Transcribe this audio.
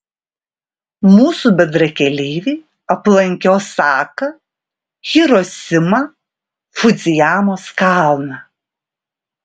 mūsų bendrakeleiviai aplankė osaką hirosimą fudzijamos kalną